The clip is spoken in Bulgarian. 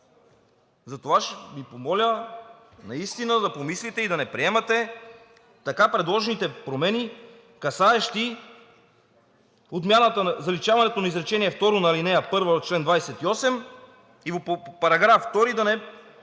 Затова ще Ви помоля наистина да помислите и да не приемате така предложените промени, касаещи заличаването на изречение второ на ал. 1 в чл. 28 и по § 2 да не приемаме